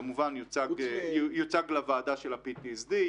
כמובן יוצג לוועדה של ה-PTSD,